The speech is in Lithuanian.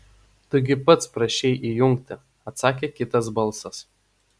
tu gi pats prašei įjungti atsakė kitas balsas